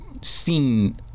seen